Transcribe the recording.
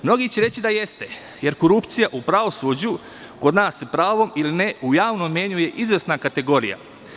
Mnogi će reći da jeste, jer korupcija u pravosuđu kod nas, sa pravom ili ne, javnom mnjenju je izvesna kategorija.